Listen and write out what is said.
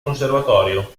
conservatorio